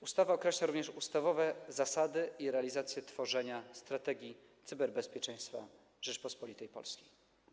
Ustawa określa również ustawowe zasady realizacji i tworzenia strategii cyberbezpieczeństwa Rzeczypospolitej Polskiej.